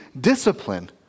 discipline